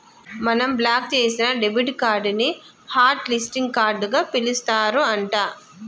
మనం బ్లాక్ చేసిన debit card ని హట్ లిస్టింగ్ కార్డుగా పిలుస్తారు అంట